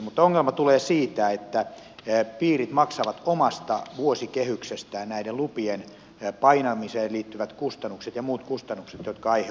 mutta ongelma tulee siitä että piirit maksavat omasta vuosikehyksestään näiden lupien painamiseen liittyvät kustannukset ja muut kustannukset jotka aiheutuvat siitä